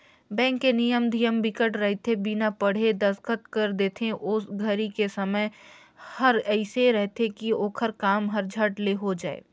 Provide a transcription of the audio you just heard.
bank के नियम धियम बिकट रहिथे बिना पढ़े दस्खत कर देथे ओ घरी के समय हर एइसे रहथे की ओखर काम हर झट ले हो जाये